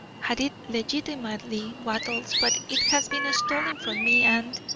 had it legitimately, wattles, but it has been stolen from me and